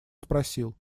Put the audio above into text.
спросил